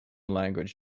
language